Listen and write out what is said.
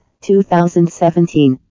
2017